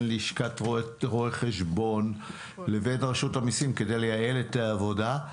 לשכת רואי חשבון לבין רשות המיסים כדי לייעל את העבודה.